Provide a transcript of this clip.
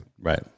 Right